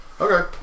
Okay